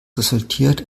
resultiert